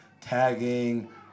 tagging